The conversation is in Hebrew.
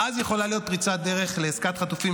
ואז יכולה להיות פריצת דרך לעסקת חטופים